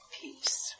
peace